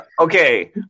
Okay